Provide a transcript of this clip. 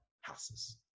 houses